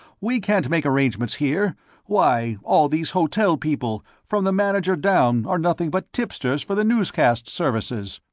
we can't make arrangements here why, all these hotel people, from the manager down, are nothing but tipsters for the newscast services!